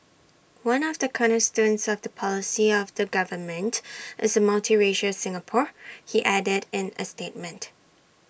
one of the cornerstones of the policy of the government is A multiracial Singapore he added in A statement